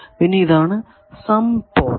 പിന്നെ ഇതാണ് some port